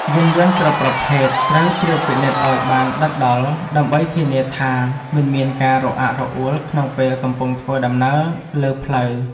យានយន្តគ្រប់ប្រភេទត្រូវត្រួតពិនិត្យឱ្យបានដិតដល់ដើម្បីធានាថាមិនមានការរអាក់រអួលក្នុងពេលកំពុងធ្វើដំណើរលើផ្លូវ។